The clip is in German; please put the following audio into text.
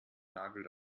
nagel